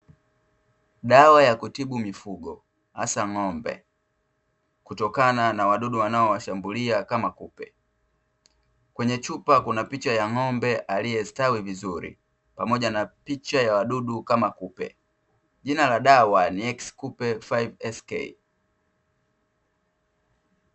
Dawa ya kutibu mifugo, hasa ng'ombe, kutokana na wadudu wanaowashambulia kama kupe. Kwenye chupa kuna picha ya ng'ombe aliyestawi vizuri, pamoja na picha ya wadudu kama kupe. Jina la dawa ni eksi kupe faive esikei.